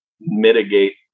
mitigate